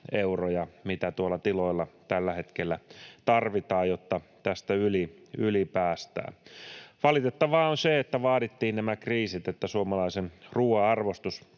mitä tuolla tiloilla tällä hetkellä tarvitaan, jotta tästä yli päästään. Valitettavaa on se, että vaadittiin nämä kriisit, että suomalaisen ruuan arvostus